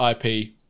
ip